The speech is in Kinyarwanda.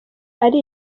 ari